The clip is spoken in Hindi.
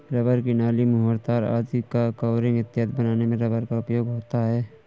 रबर की नली, मुहर, तार आदि का कवरिंग इत्यादि बनाने में रबर का उपयोग होता है